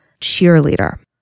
cheerleader